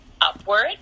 Upward